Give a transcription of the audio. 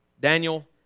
Daniel